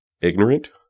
Ignorant